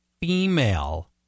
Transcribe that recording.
female